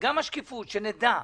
תודה רבה.